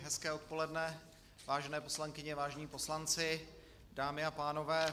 Hezké odpoledne, vážené poslankyně, vážení poslanci, dámy a pánové.